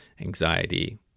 anxiety